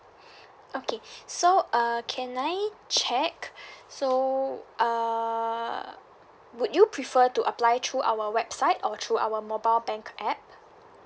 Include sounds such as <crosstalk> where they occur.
<breath> okay so uh can I check <breath> so uh would you prefer to apply through our website or through our mobile bank app